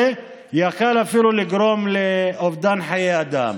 היה יכול אפילו לגרום לאובדן חיי אדם.